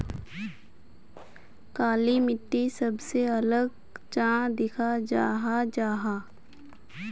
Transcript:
काली मिट्टी सबसे अलग चाँ दिखा जाहा जाहा?